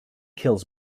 kills